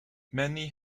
many